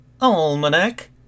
Almanac